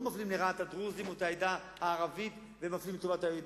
לא מפלים לרעה את הדרוזים או את העדה הערבית ומפלים לטובה את